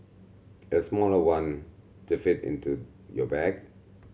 a smaller one to fit into your bag